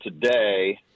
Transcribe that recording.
today